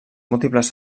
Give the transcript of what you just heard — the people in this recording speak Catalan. múltiples